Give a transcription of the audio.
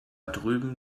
drüben